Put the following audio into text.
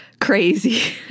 crazy